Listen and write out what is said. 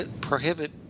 prohibit